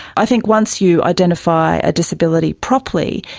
i think once you identify a disability properly,